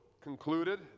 concluded